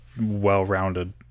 well-rounded